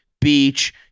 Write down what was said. beach